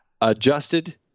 Adjusted